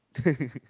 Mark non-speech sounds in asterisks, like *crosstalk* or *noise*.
*laughs*